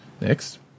next